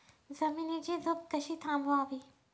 जमिनीची धूप कशी थांबवावी?